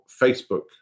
Facebook